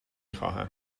خواهم